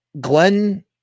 Glenn